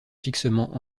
fixement